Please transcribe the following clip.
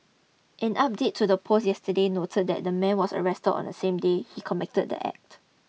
an update to the post yesterday noted that the man was arrested on the same day he committed the act